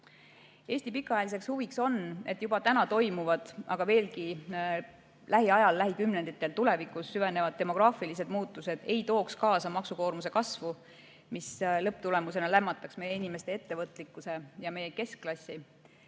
Eesti pikaajaline huvi on, et juba täna toimuvad, aga lähiajal, lähikümnenditel veelgi süvenevad demograafilised muutused ei tooks kaasa maksukoormuse kasvu, mis lõpptulemusena lämmataks meie inimeste ettevõtlikkuse ja meie keskklassi